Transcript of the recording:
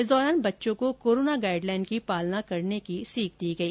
इस दौरान बच्चों को कोरोना गाइडलाइन की पालना करने की सीख दी गई